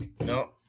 No